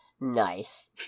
Nice